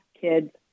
kids